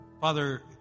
Father